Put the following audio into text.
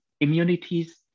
immunities